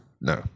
No